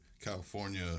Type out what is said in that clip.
California